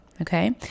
okay